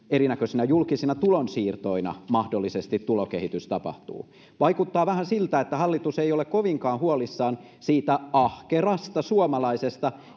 erinäköisinä julkisina tulonsiirtoina tulokehitys tapahtuu vaikuttaa vähän siltä että hallitus ei ole kovinkaan huolissaan siitä ahkerasta suomalaisesta